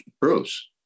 Bruce